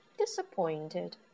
disappointed